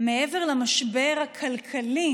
מעבר למשבר הכלכלי